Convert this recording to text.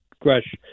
Gresh